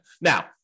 Now